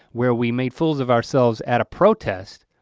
where we made fools of ourselves at a protest.